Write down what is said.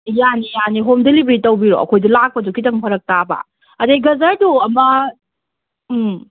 ꯌꯥꯅꯤ ꯌꯥꯅꯤ home delivery ꯇꯧꯕꯤꯔꯛꯑꯣ ꯑꯩꯈꯣꯏꯗꯨ ꯂꯥꯛꯄꯗꯨ ꯈꯤꯇꯪ ꯐꯔꯛ ꯇꯥꯕ ꯑꯗꯩ ꯒꯖꯔꯗꯨ ꯑꯃ ꯎꯝ